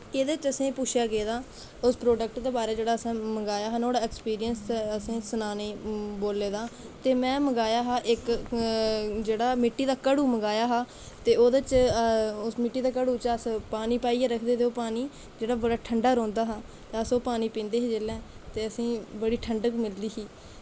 एह्दै च असेंगी पुच्छेआ गेदा उस प्रोडक्ट दे बारै जेह्ड़ा असें मंगवाया हा अक्सपिरिंस सनाने गी असेंगी बोले दा ते में मंगाया हा इक मिट्टी दा जेह्ड़ा घड़ू मंगाया हा ते ओह्दै च उस मिच्ची दे घड़ू च अस पानी पाइयै रखदे हे ते ओह् पानी जेह्ड़ा बड़ा ठंडा रौंह्दा हा ते अस ओह् पानी पींदे हे जिसलै ते असेंगी बड़ी ठंडक मिलदी ही